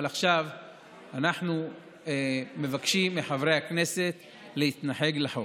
אבל עכשיו אנחנו מבקשים מחברי הכנסת להתנגד לחוק.